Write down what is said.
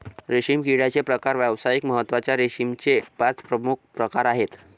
रेशीम किड्याचे प्रकार व्यावसायिक महत्त्वाच्या रेशीमचे पाच प्रमुख प्रकार आहेत